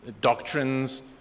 doctrines